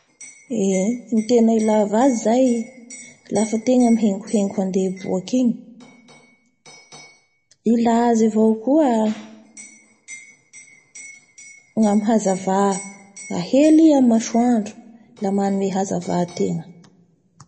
Eee ny tegna tena ilaiva azy zay lafa ategna mihaingohaingo handeha hiboaky igny, ila azy avao koa gnamin'ny hazava ahely i amin'ny masoandro la manome hazava ategna